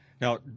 Now